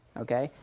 ok.